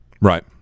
Right